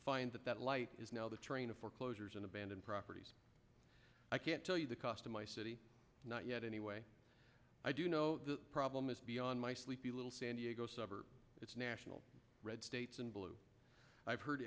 find that that light is now the train of foreclosures and abandoned properties i can't tell you the cost of my city not yet anyway i do know the problem is beyond my sleepy little san diego suburb it's national red states and blue i've heard